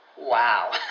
Wow